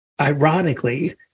ironically